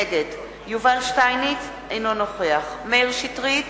נגד יובל שטייניץ, אינו נוכח מאיר שטרית,